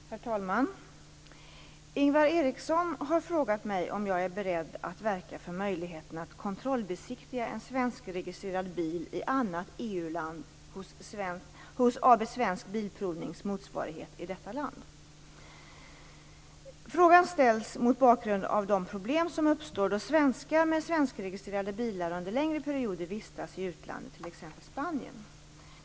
Herr talman! Ingvar Eriksson har frågat mig om jag är beredd att verka för möjligheten att kontrollbesiktiga en svenskregistrerad bil i annat EU-land hos land. Frågan ställs mot bakgrund av de problem som uppstår då svenskar med svenskregistrerade bilar under längre perioder vistas i utlandet, t.ex. Spanien.